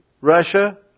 Russia